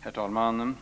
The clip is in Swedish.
Herr talman!